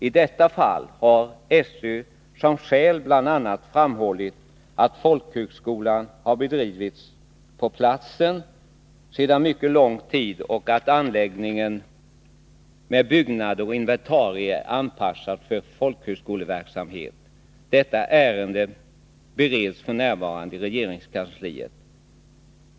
I detta fall har SÖ som skäl bl.a. framhållit att folkhögskola har bedrivits på platsen sedan mycket lång tid och att anläggningen med byggnader och inventarier är anpassad till folkhögskoleverksamhet. Detta ärende bereds f. n. i regeringskansliet.